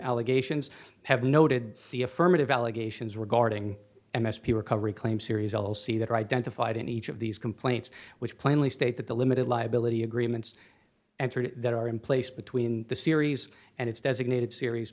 allegations have noted the affirmative allegations regarding m s p recovery claim series all see that identified in each of these complaints which plainly state that the limited liability agreements and that are in place between the series and its designated series